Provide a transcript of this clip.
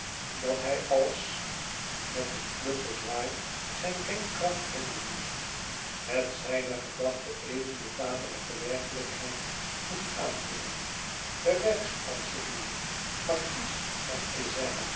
dat hij als met een vluggen zwaai zijn denkkracht e ids aargang wenden moest met zijne gedachte even de dadelijke werkelijkheid moest aantikken de rijkskanselier markies van